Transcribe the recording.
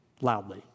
loudly